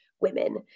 women